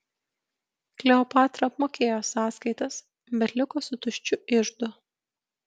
kleopatra apmokėjo sąskaitas bet liko su tuščiu iždu